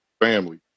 Family